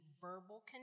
verbal